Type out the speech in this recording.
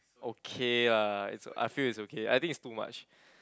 okay ah it's I feel it's okay I think it's too much